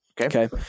Okay